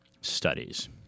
studies